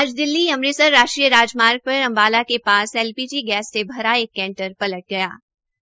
आज दिल्ली अमृतसर राष्ट्रीय राजमार्ग पर अबाला के पास एलपीजी गैस से भरा कैंटर पलट गलया